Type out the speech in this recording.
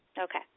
Okay